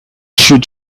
should